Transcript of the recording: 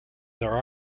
there